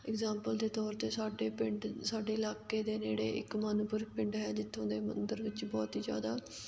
example ਦੇ ਤੌਰ 'ਤੇ ਸਾਡੇ ਪਿੰਡ ਸਾਡੇ ਇਲਾਕੇ ਦੇ ਨੇੜੇ ਇੱਕ ਮਨਪੁਰ ਪਿੰਡ ਹੈ ਜਿੱਥੋਂ ਦੇ ਮੰਦਰ ਵਿੱਚ ਬਹੁਤ ਹੀ ਜ਼ਿਆਦਾ